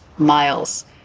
miles